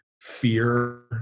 fear